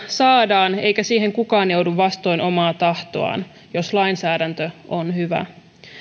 saadaan eikä siihen kukaan joudu vastoin omaa tahtoaan jos lainsäädäntö on hyvä